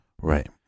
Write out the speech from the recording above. Right